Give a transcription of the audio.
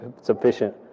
sufficient